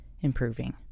improving